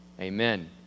Amen